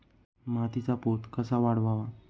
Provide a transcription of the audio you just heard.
मातीचा पोत कसा वाढवावा?